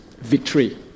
victory